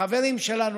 לחברים שלנו,